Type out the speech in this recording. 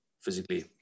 physically